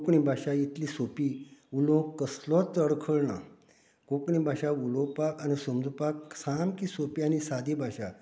कोंकणी भाशा इतली सोंपी उलोवंक कसलोच अडखळ ना कोंकणी भाशा उलोवपाक आनी समजुपाक सामकी सोंपी आनी सादी भाशा